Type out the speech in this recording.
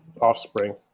offspring